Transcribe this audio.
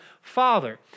Father